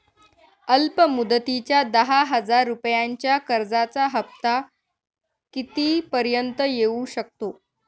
अल्प मुदतीच्या दहा हजार रुपयांच्या कर्जाचा हफ्ता किती पर्यंत येवू शकतो?